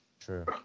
True